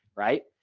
right.